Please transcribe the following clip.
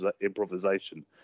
improvisation